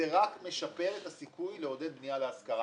זה רק משפר את הסיכוי לעודד בנייה להשכרה,